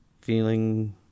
feeling